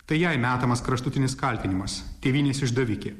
tai jai metamas kraštutinis kaltinimas tėvynės išdavikė